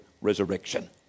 resurrection